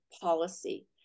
policy